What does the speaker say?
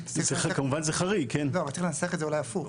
אז אולי צריך לנסח את זה הפוך.